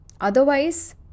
Otherwise